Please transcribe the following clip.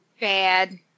bad